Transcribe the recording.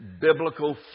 biblical